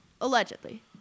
Allegedly